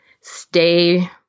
stay